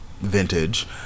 Vintage